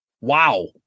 Wow